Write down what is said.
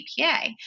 APA